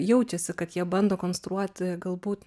jaučiasi kad jie bando konstruot galbūt